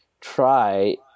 try